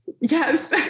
yes